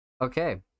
Okay